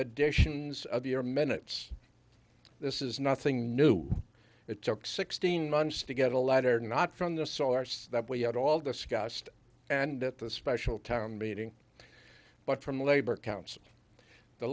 additions of your minutes this is nothing new it took sixteen months to get a letter not from the source that we had all discussed and at the special town meeting but from labor council the